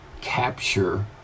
capture